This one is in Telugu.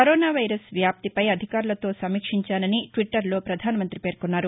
కరోనా వైరస్ వ్యాప్తిపై అధికారులతో సమీక్షించానని ట్విట్లర్లో పధాన మంత్రి పేర్కొన్నారు